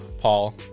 Paul